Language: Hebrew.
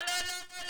דיברת --- לא לא לא,